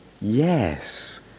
yes